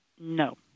No